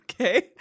Okay